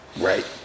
right